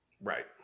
Right